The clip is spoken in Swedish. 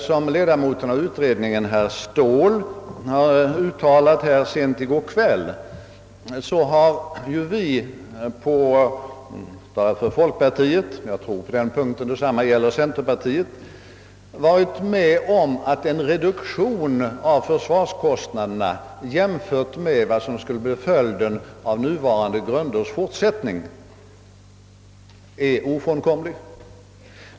Som ledamoten av utredningen herr Ståhl uttalade i kammaren sent i går kväll har vi inom folkpartiet — och jag tror detta även gäller centerpartiet — varit med om att en reduktion av försvarskostnaderna är ofrånkomlig, jämfört med vad som skulle bli följden vid ett bibehållande av nuvarande grunder.